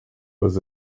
was